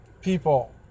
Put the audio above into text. People